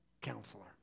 counselor